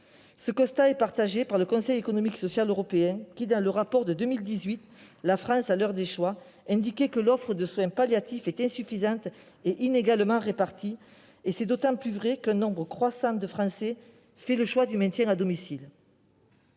Ce constat est partagé par le Conseil économique, social et environnemental qui, dans son rapport de 2018 intitulé, indiquait que l'offre de soins palliatifs est « insuffisante et inégalement répartie ». C'est d'autant plus vrai qu'un nombre croissant de Français fait le choix du maintien à domicile.